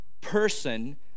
person